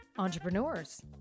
entrepreneurs